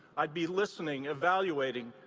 i'd be listening, evaluating,